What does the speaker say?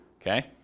Okay